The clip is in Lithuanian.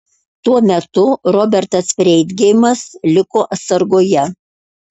tuo metu robertas freidgeimas liko atsargoje